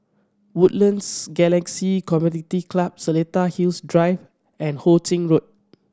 Woodlands Galaxy Community Club Seletar Hills Drive and Ho Ching Road